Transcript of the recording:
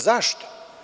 Zašto?